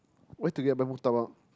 where to get the murtabak